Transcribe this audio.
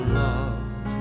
love